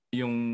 yung